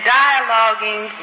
dialoguing